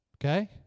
Okay